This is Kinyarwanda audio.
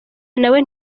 nawe